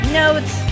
notes